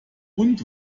bunt